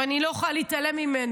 ואני לא יכולה להתעלם ממנו,